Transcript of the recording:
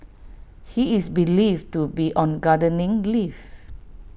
he is believed to be on gardening leave